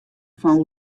fan